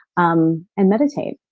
um and meditate.